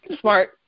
smart